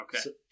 Okay